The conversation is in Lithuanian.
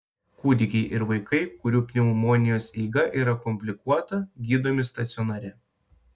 kūdikiai ir vaikai kurių pneumonijos eiga yra komplikuota gydomi stacionare